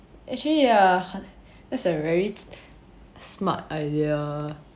actually ya that's a very smart idea